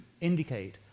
indicate